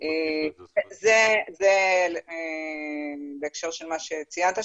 זה בהקשר למה שציינת,